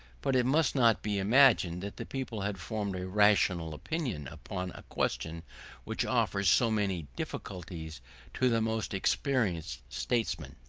but it must not be imagined that the people had formed a rational opinion upon a question which offers so many difficulties to the most experienced statesmen.